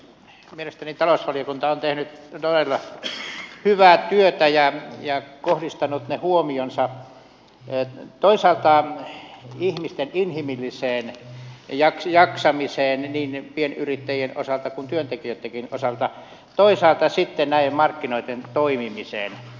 mielestäni talousvaliokunta on tehnyt todella hyvää työtä ja kohdistanut ne huomionsa toisaalta ihmisten inhimilliseen jaksamiseen niin pienyrittäjien osalta kuin työntekijöittenkin osalta ja toisaalta sitten näiden markkinoiden toimimiseen